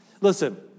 Listen